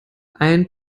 ein